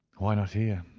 why not here,